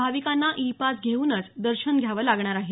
भाविकांना e pass घेऊनच दर्शन घ्यावं लागणार आहे